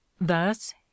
thus